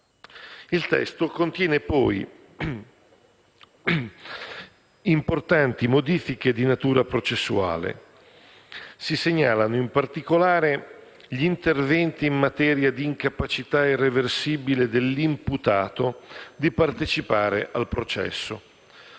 Il testo contiene poi importanti modifiche di natura processuale. Si segnalano, in particolare, gli interventi in materia d'incapacità irreversibile dell'imputato di partecipare al processo;